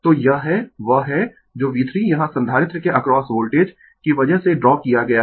तो यह है वह है जो V3 यहाँ संधारित्र के अक्रॉस वोल्टेज की वजह से ड्रा किया गया है